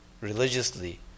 religiously